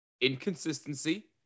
Inconsistency